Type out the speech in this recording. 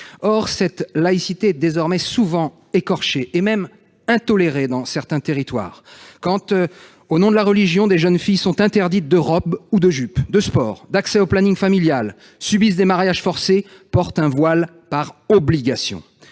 Or cette laïcité est désormais souvent écorchée ; elle n'est même plus tolérée dans certains territoires. C'est le cas quand, au nom de la religion, des jeunes filles sont interdites de robe ou de jupe, de sport, d'accès au planning familial, subissent des mariages forcés, portent un voile par obligation,